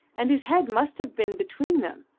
and his head must have been between them,